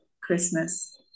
Christmas